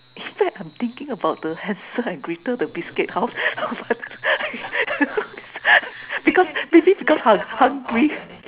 in fact I'm thinking about the Hansel and Gretel the biscuit house because maybe because hung~ hungry